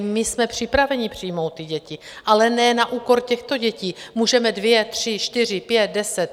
My jsme připraveni přijmout ty děti, ale ne na úkor těchto dětí, můžeme dvě, tři, čtyři, pět, deset...